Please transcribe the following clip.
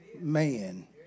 man